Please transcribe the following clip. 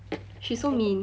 she's so mean